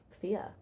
fear